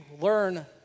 learn